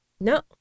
No